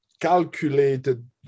calculated